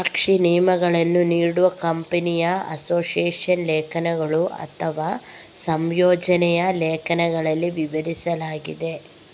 ಸ್ಟಾಕ್ನ ನಿಯಮಗಳನ್ನು ನೀಡುವ ಕಂಪನಿಯ ಅಸೋಸಿಯೇಷನ್ ಲೇಖನಗಳು ಅಥವಾ ಸಂಯೋಜನೆಯ ಲೇಖನಗಳಲ್ಲಿ ವಿವರಿಸಲಾಗಿದೆ